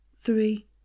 three